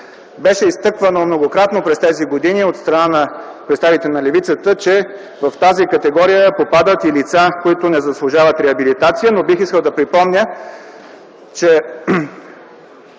Беше изтъквано многократно през тези години от страна на представители на левицата, че в тази категория попадат и лица, които не заслужават реабилитация, но бих искал да припомня, че